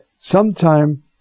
Sometime